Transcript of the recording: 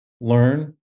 learn